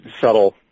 Subtle